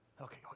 Okay